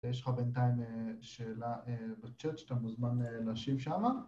ויש לך בינתיים שאלה בצ'אט שאתה מוזמן להשיב שמה